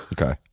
Okay